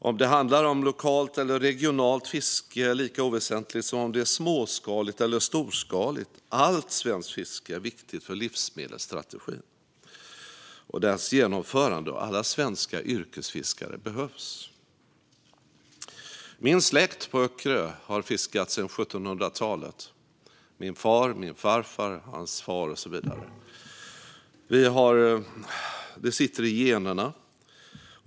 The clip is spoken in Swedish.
Om det handlar om lokalt eller regionalt fiske är lika oväsentligt som om det är småskaligt eller storskaligt - allt svenskt fiske är viktigt för livsmedelsstrategin och dess genomförande, och alla svenska yrkesfiskare behövs. Min släkt på Öckerö har fiskat sedan 1700-talet. Det gäller min far, min farfar, hans far och så vidare. Det sitter i generna.